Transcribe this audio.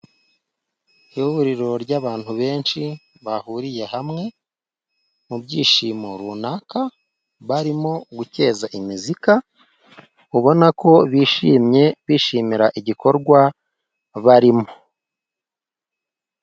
Ihuriro ry'abantu benshi, bahuriye hamwe mu byishimo runaka, barimo guceza imiziki, ubona ko bishimye bishimira igikorwa barimo.